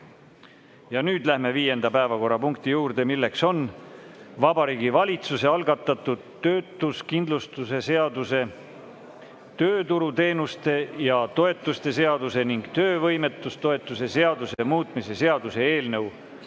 Ja nüüd läheme viienda päevakorrapunkti juurde, milleks on Vabariigi Valitsuse algatatud töötuskindlustuse seaduse, tööturuteenuste ja -toetuste seaduse ning töövõimetoetuse seaduse muutmise seaduse eelnõu